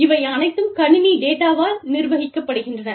இவை அனைத்தும் கணினி டேட்டாவால் நிர்வகிக்கப்படுகின்றன